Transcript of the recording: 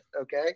Okay